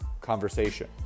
conversation